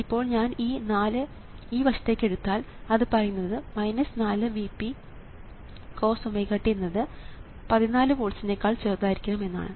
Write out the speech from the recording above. ഇപ്പോൾ ഞാൻ ഈ 4 ഈ വശത്തേക്ക് എടുത്താൽ അത് പറയുന്നത് 4 Vp കോസ്⍵t എന്നത് 14 വോൾട്സ്നേക്കാൾ ചെറുതായിരിക്കണം എന്നാണ്